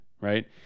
right